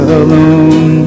alone